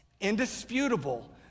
Indisputable